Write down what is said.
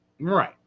Right